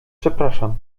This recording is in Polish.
przepraszam